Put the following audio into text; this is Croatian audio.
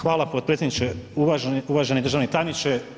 Hvala potpredsjedniče, uvaženi državni tajniče.